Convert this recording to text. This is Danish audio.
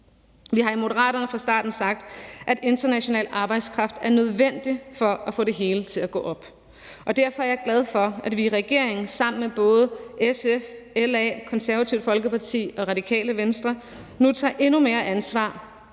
Vi har i Moderaterne fra starten sagt, at international arbejdskraft er nødvendig for at få det hele til at gå op. Og derfor er jeg glad for, at vi i regeringen sammen med både SF, LA, Det Konservative Folkeparti og Radikale Venstre nu tager endnu mere ansvar